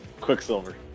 Quicksilver